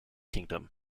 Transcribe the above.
kingdom